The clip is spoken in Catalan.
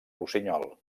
rossinyol